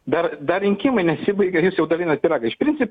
dar dar rinkimai nesibaigė jūs jau dalinat pyragą iš principo